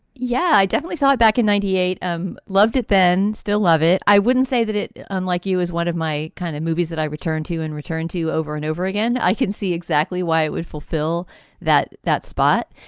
yeah, i definitely saw it back in ninety eight. i um loved it then. still love it. i wouldn't say that. it, unlike you, is one of my kind of movies that i returned to and returned to over and over again. i can see exactly why it would fulfill that that spot.